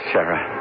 Sarah